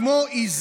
אין